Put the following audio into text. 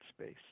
space